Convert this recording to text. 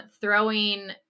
throwing